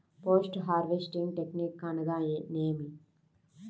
Post harvesting technique అనగా నేమి?